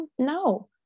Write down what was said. no